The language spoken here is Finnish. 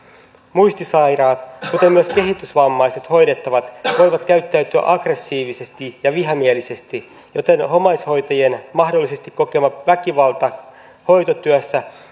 muistisairaat kuten myös kehitysvammaiset hoidettavat voivat käyttäytyä aggressiivisesti ja vihamielisesti joten omaishoitajien mahdollisesti kokema väkivalta hoitotyössä